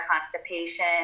constipation